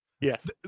Yes